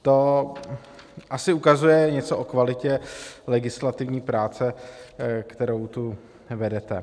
To asi ukazuje něco o kvalitě legislativní práce, kterou tu vedete.